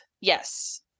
Yes